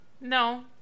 no